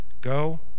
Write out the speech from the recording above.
go